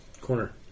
corner